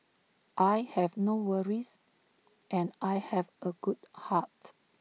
I have no worries and I have A good heart